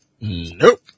Nope